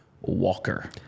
Walker